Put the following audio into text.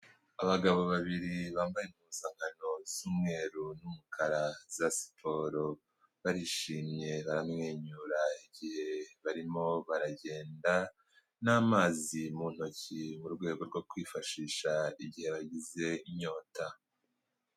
Abagabo babiri bambaye impuzankano z'umweru n'umukara za siporo, barishimye baramwenyura, igihe barimo baragenda, n'amazi mu ntoki mu rwego rwo kwifashisha igihe bagize inyota.